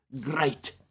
great